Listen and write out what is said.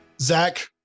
Zach